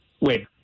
Wait